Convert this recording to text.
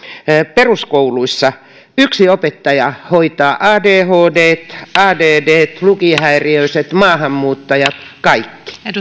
peruskouluissa yksi opettaja hoitaa adhdt addt lukihäiriöiset maahanmuuttajat kaikki